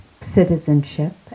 citizenship